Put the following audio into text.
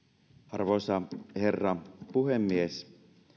arvoisa herra puhemies